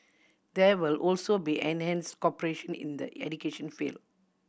there will also be enhance cooperation in the education field